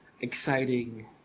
exciting